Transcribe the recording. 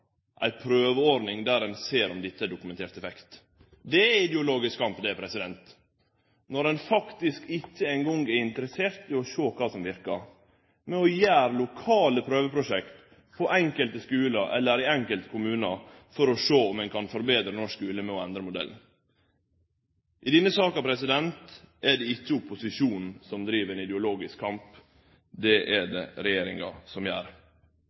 ei prøveordning der ein ser om dette har dokumentert effekt. Det er ideologisk kamp, det, når ein faktisk ikkje eingong er interessert i å sjå kva som verkar, og å gjere lokale prøveprosjekt på enkelte skular eller i enkelte kommunar for å sjå om ein kan forbetre norsk skule ved å endre modellen. I denne saka er det ikkje opposisjonen som driv ein ideologisk kamp, det er det regjeringa som gjer.